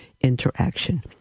interaction